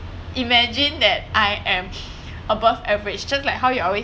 imagine that I am above average just like how you always